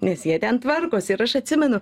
nes jie ten tvarkosi ir aš atsimenu